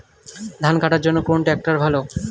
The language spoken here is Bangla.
ধান কাটার জন্য কোন ট্রাক্টর ভালো?